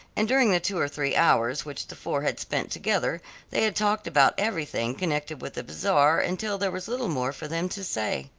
and during the two or three hours which the four had spent together they had talked about everything connected with the bazaar until there was little more for them to say.